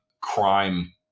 crime